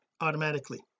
automatically